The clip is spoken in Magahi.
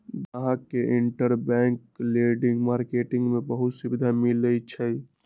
गाहक के इंटरबैंक लेडिंग मार्किट में बहुते सुविधा मिलई छई